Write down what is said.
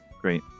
Great